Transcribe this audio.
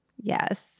Yes